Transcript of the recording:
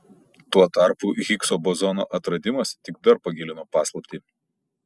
tuo tarpu higso bozono atradimas tik dar pagilino paslaptį